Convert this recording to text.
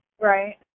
right